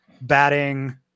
batting